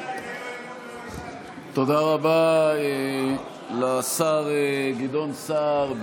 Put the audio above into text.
תודה רבה לשר גדעון סער,